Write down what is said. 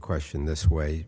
question this way